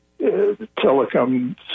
Telecom